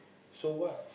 so what